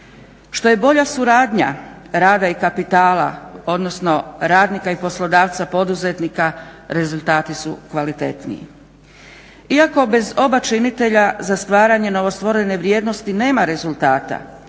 Što je bolja suradnja rada i kapitala, odnosno radnika i poslodavca poduzetnika rezultati su kvalitetniji. Iako bez oba činitelja za stvaranje novostvorene vrijednosti nema rezultata